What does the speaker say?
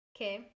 Okay